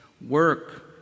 work